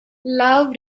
love